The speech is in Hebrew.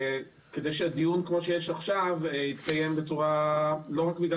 כדי שדיון כמו זה יתקיים לא רק בגלל